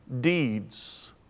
deeds